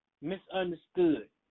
misunderstood